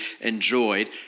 enjoyed